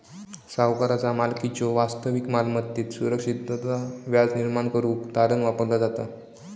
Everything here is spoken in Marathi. सावकाराचा मालकीच्यो वास्तविक मालमत्तेत सुरक्षितता व्याज निर्माण करुक तारण वापरला जाता